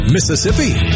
Mississippi